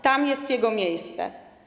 Tam jest jego miejsce.